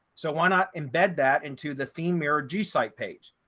so why not embed that into the theme era g site page,